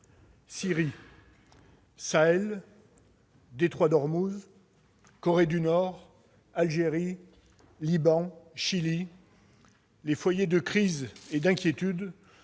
Syrie, Sahel, détroit d'Ormuz, Corée du Nord, Algérie, Liban, Chili : les foyers de crise et d'inquiétude